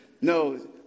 No